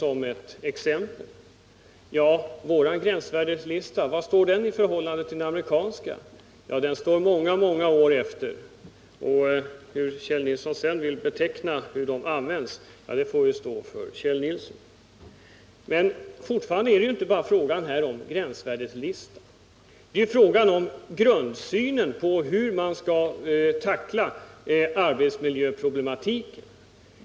Hur är den svenska gränsvärdeslistan jämförd med den amerikanska? Jo, den ligger många år efter. Vad sedan Kjell Nilsson har att säga om användningen får stå för hans räkning. Fortfarande är det inte bara fråga om gränsvärdeslistan utan om grundsynen på hur man skall tackla arbetsmiljöproblematiken.